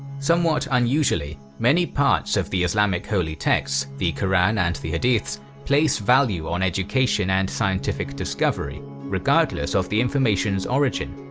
somewhat unusually many parts of the islamic holy texts, the quran and the hadiths, place value on education and scientific discovery, regardless of the information's origin.